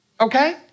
okay